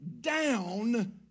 down